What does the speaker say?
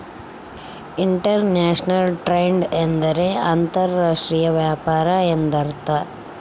inter national trade ಎಂದರೆ ಅಂತರ್ ರಾಷ್ಟ್ರೀಯ ವ್ಯಾಪಾರ ಎಂದರ್ಥ